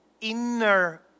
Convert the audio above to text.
inner